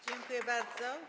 Dziękuję bardzo.